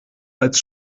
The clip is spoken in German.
als